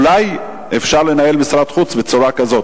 אולי אי-אפשר לנהל משרד חוץ בצורה כזאת.